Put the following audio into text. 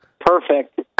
Perfect